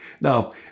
Now